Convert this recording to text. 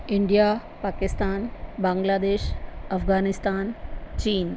India Pakistan Bangladesh Afghanistan चीन